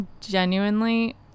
genuinely